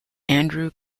andrew